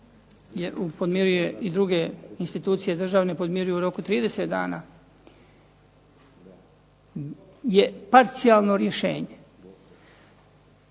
podmiruje i druge institucije državne podmiruju u roku 30 dana je parcijalno rješenje.